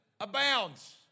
abounds